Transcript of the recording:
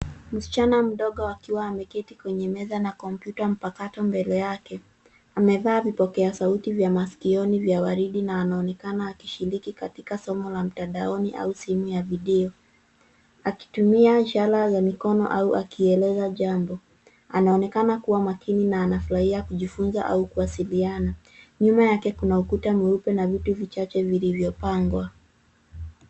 Msichana mdogo akiwa ameketi kwenye meza na kompyuta mpakato mbele yake. Amevaa vipokea sauti vya masikioni vya waridi na anaonekana akishiriki katika somo la mtandaoni au simu ya video akitumia ishara za mikono au akieleza jambo. Anaonekana kuwa makini na anafurahia kujifunza au kuwasiliana. Nyuma yake kuna ukuta mweupe na vitu vichache vilivyopangwa.